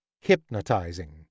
Hypnotizing